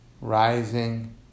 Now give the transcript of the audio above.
rising